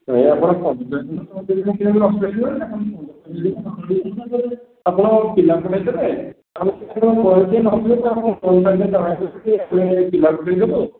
ସେ ଆପଣ ସବୁଦିନ ଆପଣ ପିଲା ପଠେଇ ଦେବେ ଆମକୁ ଫୋନ୍ କରିଦେଲେ ତ ଆମ କି ଆମେ ପିଲା ପଠେଇ ଦେବୁ